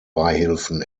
beihilfen